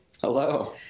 Hello